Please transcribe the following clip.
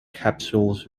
capsules